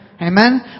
amen